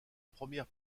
première